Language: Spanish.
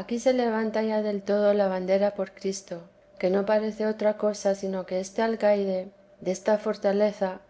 aquí se levanta ya del todo la bandera por cristo que no parece otra cosa sino que este alcaide desta fortaleza